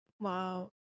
Wow